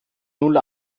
null